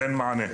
ואין מענה.